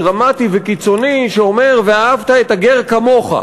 דרמטי וקיצוני שאומר: ואהבת את הגר כמוך,